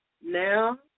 Now